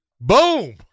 boom